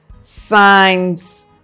signs